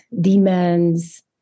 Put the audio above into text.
demons